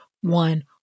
one